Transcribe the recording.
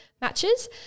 matches